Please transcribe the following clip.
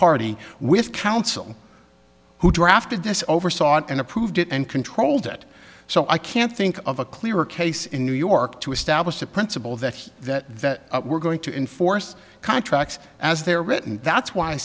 party with council who drafted this oversaw it and approved it and controlled it so i can't think of a clearer case in new york to establish the principle that that we're going to enforce contracts as they're written that's why i